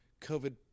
COVID